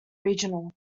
regional